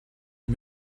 ich